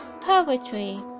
poetry